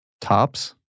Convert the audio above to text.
tops